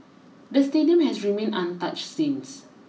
the stadium has remained untouched since